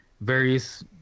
various